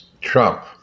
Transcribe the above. Trump